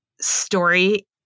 story